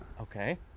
Okay